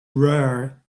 rare